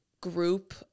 group